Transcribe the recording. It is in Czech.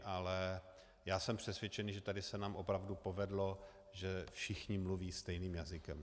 Ale já jsem přesvědčený, že tady se nám opravdu povedlo, že všichni mluví stejným jazykem.